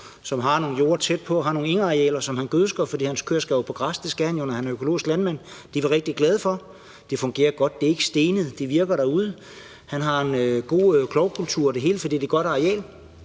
som har noget jord tæt på, som har nogle engarealer, som han gødsker, fordi hans køer skal på græs, som de jo skal, når han er økologisk landmand? Det var de rigtig glade for; det fungerer godt, det er ikke stenet, det fungerer godt derude. Han har en god klovkultur og det hele, for det er et godt areal,